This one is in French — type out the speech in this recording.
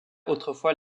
autrefois